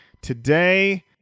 Today